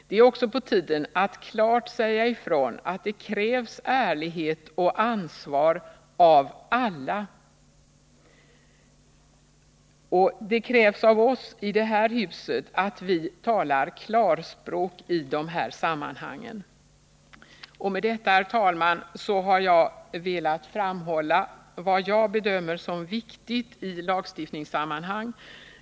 Det är också på tiden att vi klart säger ifrån att det krävs ärlighet och ansvar av alla. Och det krävs av oss i det här huset att vi talar klarspråk i dessa sammanhang. Med detta, herr talman, har jag velat framhålla vad jag bedömer som viktigt i lagstiftningssammanhang.